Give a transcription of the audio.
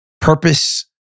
purpose